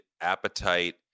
appetite